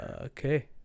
okay